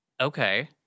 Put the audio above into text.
Okay